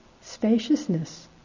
spaciousness